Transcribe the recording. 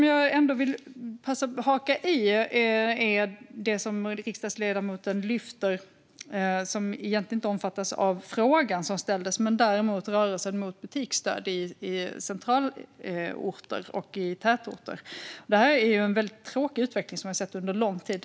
Jag vill passa på att haka i något som riksdagsledamoten tog upp och som egentligen inte omfattas av den fråga som ställdes men däremot av rörelsen mot butiksdöd i centralorter och i tätorter. Detta är en väldigt tråkig utveckling som vi har sett under lång tid.